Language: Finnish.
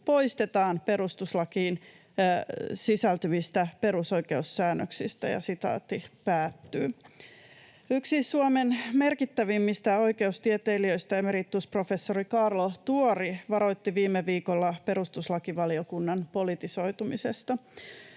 poiketaan perustuslakiin sisältyvistä perusoikeussäännöksistä.” Yksi Suomen merkittävimmistä oikeustieteilijöistä, emeritusprofessori Kaarlo Tuori varoitti viime viikolla perustuslakivaliokunnan politisoitumisesta: